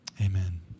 Amen